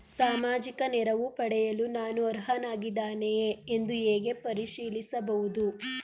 ಸಾಮಾಜಿಕ ನೆರವು ಪಡೆಯಲು ನಾನು ಅರ್ಹನಾಗಿದ್ದೇನೆಯೇ ಎಂದು ಹೇಗೆ ಪರಿಶೀಲಿಸಬಹುದು?